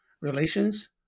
relations